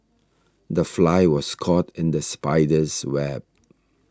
the fly was caught in the spider's web